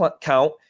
count